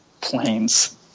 planes